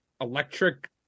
electric